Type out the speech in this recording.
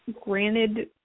granted –